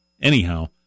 anyhow